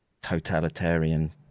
totalitarian